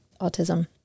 autism